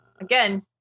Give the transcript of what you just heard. Again